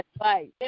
right